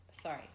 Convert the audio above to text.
Sorry